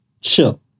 chill